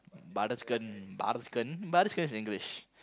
butter chicken butter chicken butter chicken is English